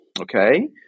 okay